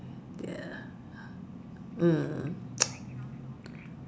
mm